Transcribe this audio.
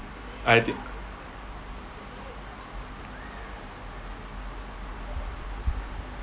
I think